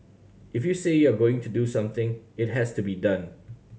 if you say you are going to do something it has to be done